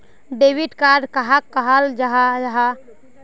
Debit card कहाक कहाल जाहा जाहा?